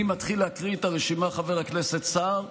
אני מתחיל להקריא את הרשימה, חבר הכנסת סער,